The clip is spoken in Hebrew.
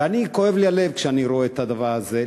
ואני, כואב לי הלב כשאני רואה את הדבר הזה.